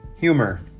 Humor